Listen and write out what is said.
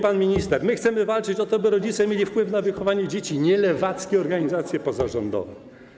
Pan minister mówił: my chcemy walczyć o to, by rodzice mieli wpływ na wychowanie dzieci, nie lewackie organizacje pozarządowe.